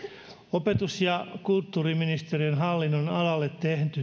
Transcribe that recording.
opetus ja kulttuuriministeriön hallinnonalalle